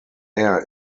air